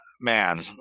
man